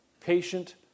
patient